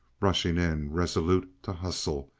rushing in, resolute to hustle,